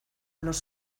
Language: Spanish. los